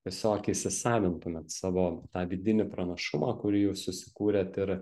tiesiog įsisavintumėt savo tą vidinį pranašumą kurį jūs susikūrėt ir